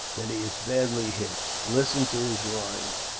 that he is badly hit. listen to his roarings.